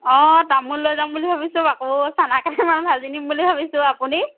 অঁ তামোল লৈ যাম বুলি ভাবিছোঁ আকৌ চানাকেইটামান ভাজি নিম বুলি ভাবিছোঁ আপুনি